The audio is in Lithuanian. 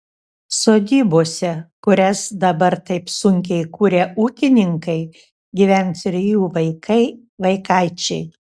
sodybose kurias dabar taip sunkiai kuria ūkininkai gyvens ir jų vaikai vaikaičiai